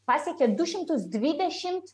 pasiekė du šimtus dvidešimt